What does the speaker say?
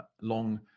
long